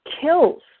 kills